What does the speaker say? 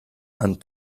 and